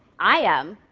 i am.